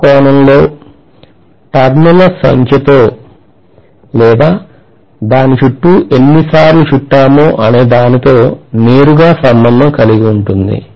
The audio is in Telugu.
ఒక కోణంలో టర్న్ ల సంఖ్యతో లేదా దాని చుట్టూ ఎన్నిసార్లు చట్టామో అనే దానితో నేరుగా సంబంధం కలిగి ఉంటుంది